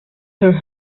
her